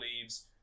leaves